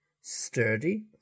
Sturdy